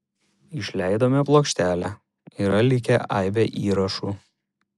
išleidome plokštelę yra likę aibė įrašų